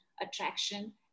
attraction